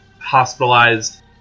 hospitalized